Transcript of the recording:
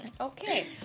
Okay